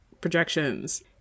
projections